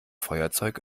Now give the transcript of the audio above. feuerzeug